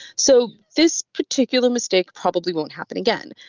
so this particular mistake probably won't happen again.